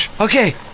okay